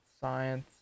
Science